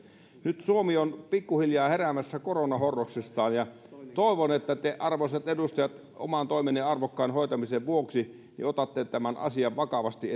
nyt suomi on pikkuhiljaa heräämässä koronahorroksestaan ja toivon että te arvoisat edustajat oman toimenne arvokkaan hoitamisen vuoksi otatte tämän asian vakavasti